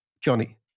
Johnny